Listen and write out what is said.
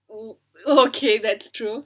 oh okay that's true